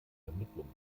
vermittlung